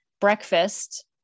breakfast